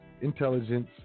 intelligence